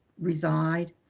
reside,